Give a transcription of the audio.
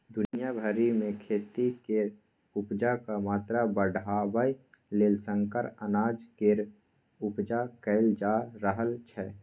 दुनिया भरि मे खेती केर उपजाक मात्रा बढ़ाबय लेल संकर अनाज केर उपजा कएल जा रहल छै